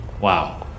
Wow